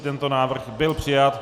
Tento návrh byl přijat.